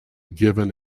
given